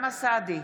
אוסאמה סעדי,